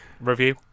Review